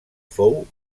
fou